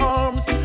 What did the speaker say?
arms